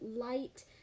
light